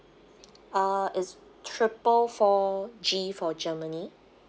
uh is triple four G for germany